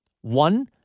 One